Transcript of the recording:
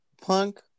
punk